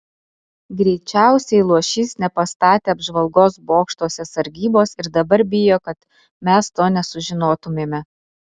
greičiausiai luošys nepastatė apžvalgos bokštuose sargybos ir dabar bijo kad mes to nesužinotumėme